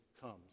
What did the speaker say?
comes